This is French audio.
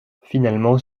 finalement